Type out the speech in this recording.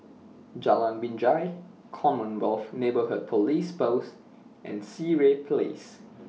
Jalan Binjai Commonwealth Neighbourhood Police Post and Sireh Place